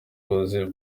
muyobozi